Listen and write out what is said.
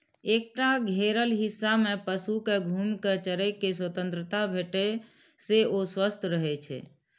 एकटा घेरल हिस्सा मे पशु कें घूमि कें चरै के स्वतंत्रता भेटै से ओ स्वस्थ रहै छै